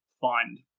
find